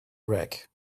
rack